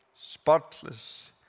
spotless